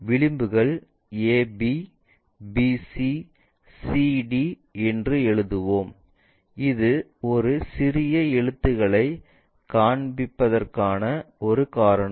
விளிம்புகள் ab bc cd என்று எழுதுவோம் இது ஒரு சிறிய எழுத்துக்களைக் காண்பிப்பதற்கான ஒரு காரணம்